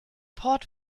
port